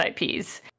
IPs